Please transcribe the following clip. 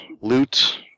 loot